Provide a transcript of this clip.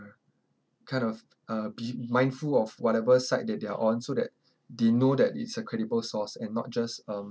kind of uh be mindful of whatever site that they are on so that they know that it's a credible source and not just um